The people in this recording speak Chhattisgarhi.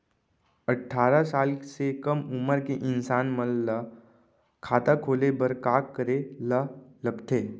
अट्ठारह साल से कम उमर के इंसान मन ला खाता खोले बर का करे ला लगथे?